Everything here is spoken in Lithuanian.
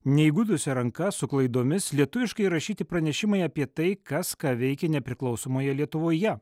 neįgudusia ranka su klaidomis lietuviškai rašyti pranešimai apie tai kas ką veikė nepriklausomoje lietuvoje